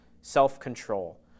self-control